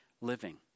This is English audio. living